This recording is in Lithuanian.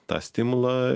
tą stimulą